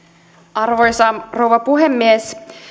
arvoisa rouva puhemies